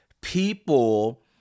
people